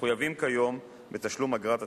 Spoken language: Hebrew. מחויבים כיום בתשלום אגרת הטלוויזיה.